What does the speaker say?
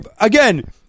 Again